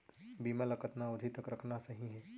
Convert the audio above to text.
बीमा ल कतना अवधि तक रखना सही हे?